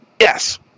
Yes